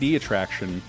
attraction